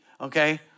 okay